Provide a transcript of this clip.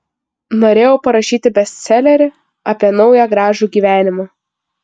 norėjau parašyti bestselerį apie naują gražų gyvenimą